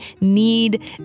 need